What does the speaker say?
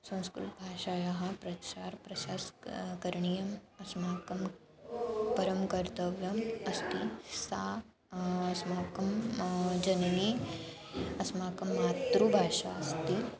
संस्कृतभाषायाः प्रचारः प्रसस् करणीयम् अस्माकं परं कर्तव्यम् अस्ति सा अस्माकं जननी अस्माकं मातृभाषा अस्ति